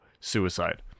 suicide